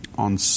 On